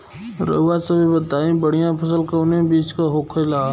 रउआ सभे बताई बढ़ियां फसल कवने चीज़क होखेला?